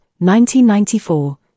1994